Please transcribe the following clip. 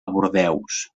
bordeus